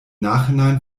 nachhinein